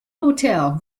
hotel